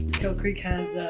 kill creek has